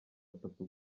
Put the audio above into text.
atatu